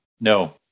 No